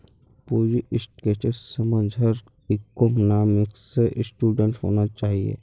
पूंजी स्ट्रक्चरेर समझ हर इकोनॉमिक्सेर स्टूडेंटक होना चाहिए